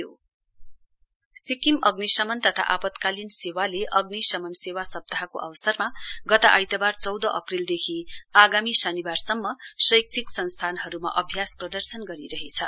mock drill Sikkim अग्नि शमन तथा आपतकालीन सेवाले अग्नि शमन सेवा सप्ताहको अवसरमा गत आइतबार चौध अप्रेलदेखि आगामी शनिबार सम्म शैक्षिक संस्थानहरूमा अभ्यास प्रदर्शन गरिरहेछ